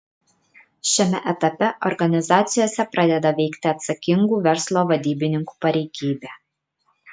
šiame etape organizacijose pradeda veikti atsakingų verslo vadybininkų pareigybė